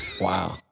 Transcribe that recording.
Wow